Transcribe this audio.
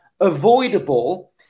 avoidable